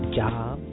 job